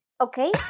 Okay